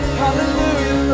hallelujah